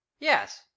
yes